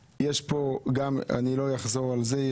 אני לא אחזור על זה,